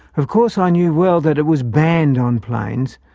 of course i knew well that it was banned on planes,